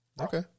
Okay